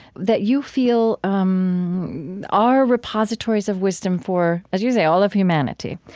that you feel um are repositories of wisdom for, as you say, all of humanity,